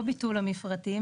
זה לא ביטול המפרטים,